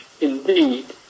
Indeed